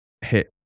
hit